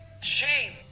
Shame